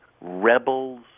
rebels